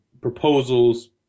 proposals